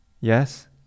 Yes